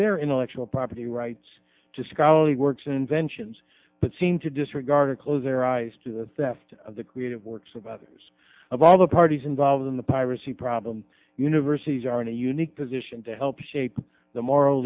their intellectual property rights to scholarly works inventions but seem to disregard or close their eyes to the theft of the creative works of others of all the parties involved in the piracy problem universities are in a unique position to help shape the moral